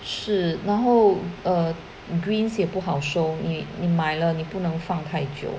是然后 err greens 也不好收你你买了你不能放太久